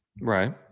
Right